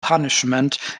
punishment